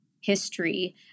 history